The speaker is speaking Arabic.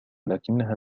لكنها